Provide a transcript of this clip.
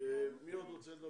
מי עוד רוצה לדבר?